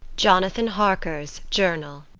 jonathan harker's journal.